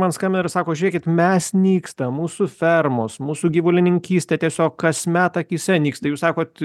man skambina ir sako žiūrėkit mes nykstam mūsų fermos mūsų gyvulininkystė tiesiog kasmet akyse nyksta jūs sakot